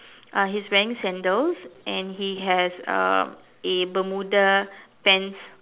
uh he is wearing sandals and he has um a bermuda pants